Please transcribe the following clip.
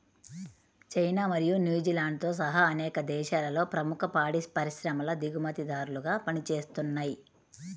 China మరియు న్యూజిలాండ్తో సహా అనేక దేశాలలో ప్రముఖ పాడి పరిశ్రమలు దిగుమతిదారులుగా పనిచేస్తున్నయ్